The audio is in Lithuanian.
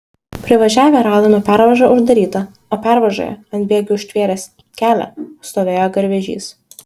privažiavę radome pervažą uždarytą o pervažoje ant bėgių užtvėręs kelią stovėjo garvežys